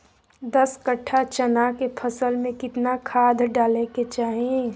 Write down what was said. दस कट्ठा चना के फसल में कितना खाद डालें के चाहि?